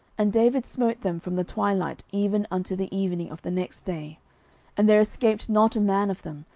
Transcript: and david smote them from the twilight even unto the evening of the next day and there escaped not a man of them,